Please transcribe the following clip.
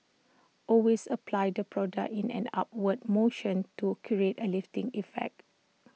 always apply the product in an upward motion to create A lifting effect